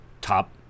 top